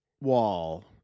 Wall